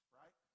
right